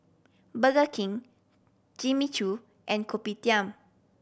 Burger King Jimmy Choo and Kopitiam